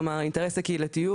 כלומר, אינטרס הקהילתיות,